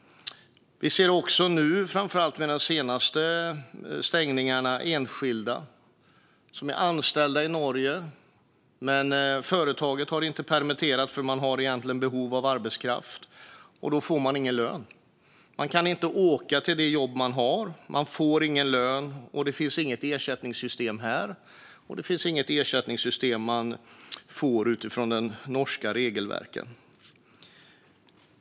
Vi ser nu också, framför allt med de senaste stängningarna, situationen för enskilda som är anställda i Norge. Företaget har inte permitterat, för det har egentligen behov av arbetskraft. Då får de anställda ingen lön. De kan inte åka till det jobb de har. De får ingen lön. Det finns inget ersättningssystem här, och det finns inget ersättningssystem där de får ersättning enligt de norska regelverken.